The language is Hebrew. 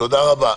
תודה רבה.